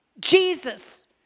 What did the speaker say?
Jesus